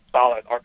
solid